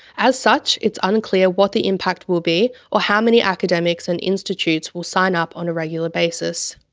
as such, it's unclear what the impact will be or how many academics and institutes will sign up on a regular basis.